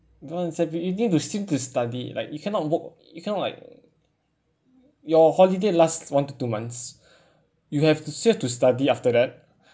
don't understand but you need to sleep to study like you cannot work you cannot like your holiday last one to two months you have to still have to study after that